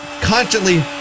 constantly